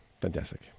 Fantastic